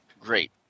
great